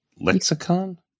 Lexicon